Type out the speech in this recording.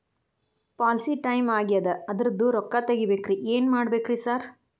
Policy time ಆಗ್ಯಾದ ಅದ್ರದು ರೊಕ್ಕ ತಗಬೇಕ್ರಿ ಏನ್ ಮಾಡ್ಬೇಕ್ ರಿ ಸಾರ್?